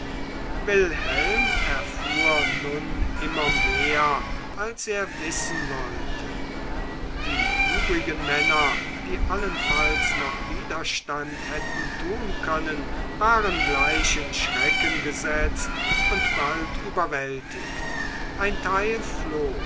wilhelm erfuhr nun immer mehr als er wissen wollte die übrigen männer die allenfalls noch widerstand hätten tun können waren gleich in schrecken gesetzt und bald überwältigt ein teil floh